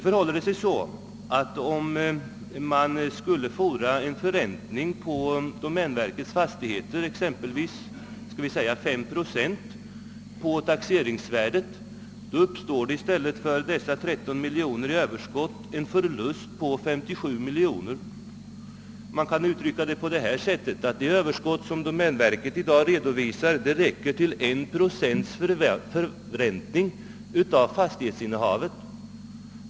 Skulle man fordra en förräntning på domänverkets fastigheter med exempelvis 5 procent på taxeringsvärdet uppstår det i stället för ett överskott på 12 miljoner en förlust på 57 miljoner. Man kan säga att det överskott som domänverket i dag redovisar räcker till 1 procents förräntning av fastighetsinnehavet.